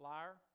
Liar